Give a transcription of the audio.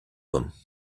them